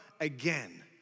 again